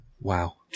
Wow